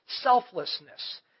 Selflessness